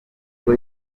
ubwo